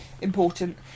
important